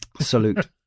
Salute